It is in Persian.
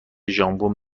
ژامبون